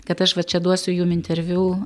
kad aš va čia duosiu jum interviu